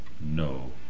no